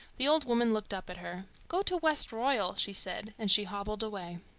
the old woman looked up at her. go to westroyal, she said and she hobbled away.